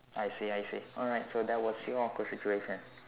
I see I see alright so that was your awkward situation